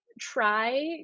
try